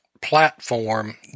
platform